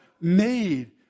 made